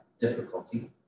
difficulty